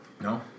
No